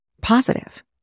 positive